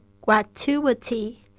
gratuity